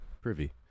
privy